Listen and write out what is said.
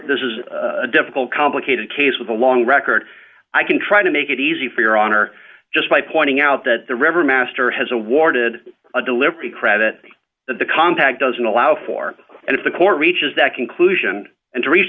this is a difficult complicated case with a long record i can try to make it easy for your honor just by pointing out that the river master has awarded a delivery credit that the compact doesn't allow for and if the court reaches that conclusion and to reach